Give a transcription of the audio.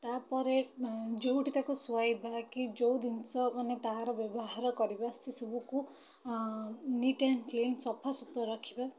ତା'ପରେ ଯେଉଁଠି ତାକୁ ଶୁଆଇବା କି ଯେଉଁ ଜିନିଷ ମାନେ ତାହାର ବ୍ୟବହାର କରିବା ସେସବୁକୁ ନିଟ୍ ଆଣ୍ଡ କ୍ଲିନ୍ ସଫାସୁତୁରା ରଖିବା